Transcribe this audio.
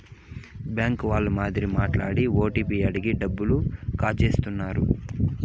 bank వాళ్ళ మాదిరి మాట్లాడి ఓటీపీ అడిగి డబ్బులు కాజేత్తన్నారు